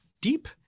deep